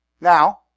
Now